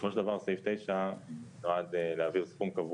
סעיף 9 זה סעיף בתוך קאפ,